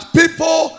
people